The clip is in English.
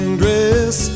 dress